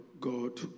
God